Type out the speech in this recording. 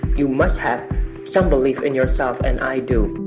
you must have some belief in yourself, and i do